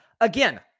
Again